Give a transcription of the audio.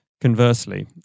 Conversely